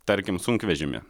tarkim sunkvežimį